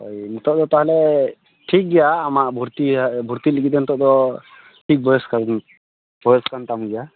ᱳᱭ ᱱᱤᱛᱚᱜ ᱫᱚ ᱛᱟᱦᱚᱞᱮ ᱴᱷᱤᱠ ᱜᱮᱭᱟ ᱟᱢᱟᱜ ᱵᱷᱚᱨᱛᱤ ᱵᱷᱚᱨᱛᱤᱜ ᱞᱟᱹᱜᱤᱫ ᱛᱮ ᱱᱤᱚᱜ ᱫᱚ ᱴᱷᱤᱠ ᱵᱚᱭᱚᱥ ᱠᱟᱱ ᱵᱚᱭᱚᱥ ᱠᱟᱱ ᱛᱟᱢ ᱜᱮᱭᱟ